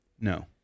No